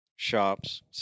Shops